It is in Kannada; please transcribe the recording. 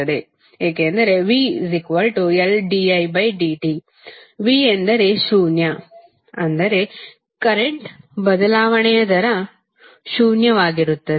ಏಕೆಂದರೆ vLdidt v ಎಂದರೆ ಶೂನ್ಯ ಎಂದರೆ ಕರೆಂಟ್ದ ಬದಲಾವಣೆಯ ದರ ಶೂನ್ಯವಾಗಿರುತ್ತದೆ